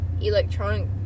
electronic